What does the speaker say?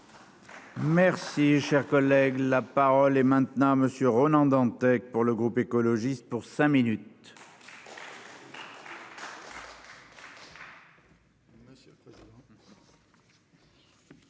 Merci, cher collègue, la parole est maintenant monsieur Ronan Dantec, pour le groupe écologiste pour cinq minutes.